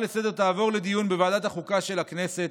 לסדר-היום תעבור לדיון בוועדת החוקה של הכנסת.